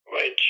Right